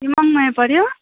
यो मङमाया पऱ्यो